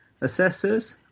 assessors